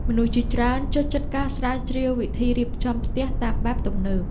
មនុស្សជាច្រើនចូលចិត្តការស្រាវជ្រាវវិធីរៀបចំផ្ទះតាមបែបទំនើប។